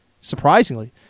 surprisingly